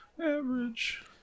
Average